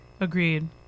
agreed